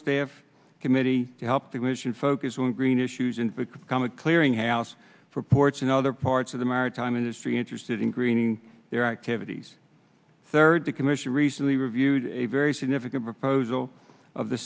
staff committee helped ignition focus on green issues and become a clearinghouse for ports and other parts of the maritime industry interested in greening their activities third the commercial recently reviewed a very significant proposal of the